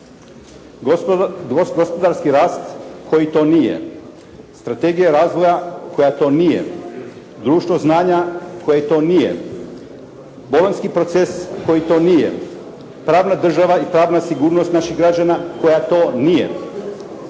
Gospodarski rast koji to nije. Strategija razvoja koja to nije. Društvo znanja koje to nije. Bolonjski proces koji to nije. Pravna država i pravna sigurnost naših građana koja to nije.